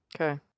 Okay